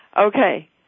Okay